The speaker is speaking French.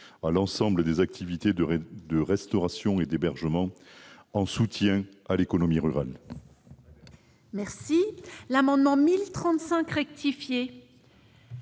à l'ensemble des activités de restauration et d'hébergement, en soutien à l'économie rurale. L'amendement n° 1035 rectifié,